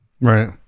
Right